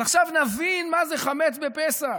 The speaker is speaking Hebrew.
אבל עכשיו נבין מה זה חמץ בפסח.